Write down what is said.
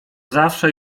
zawsze